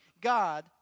God